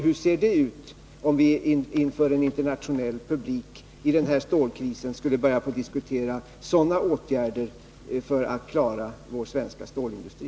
Hur skulle det se ut om vi inför en internationell publik i denna stålkris började diskutera sådana åtgärder för att klara vår svenska stålindustri?